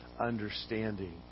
understanding